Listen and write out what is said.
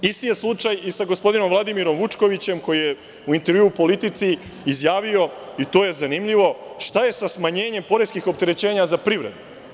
Isti je slučaj i sa gospodinom Vladimirom Vučkovićem, koji je u intervjuu u „Politici“ izjavio, i to je zanimljivo – šta je sa smanjenjem poreskih opterećenja za privredu?